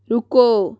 रुको